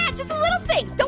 yeah just the little things.